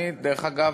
דרך אגב,